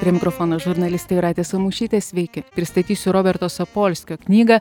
prie mikrofono žurnalistė jūratė samušytė sveiki pristatysiu roberto sapolskio knygą